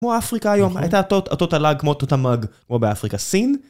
כמו אפריקה היום, הייתה אותו תל"ג כמו אותו תמ"ג, כמו באפריקה. סין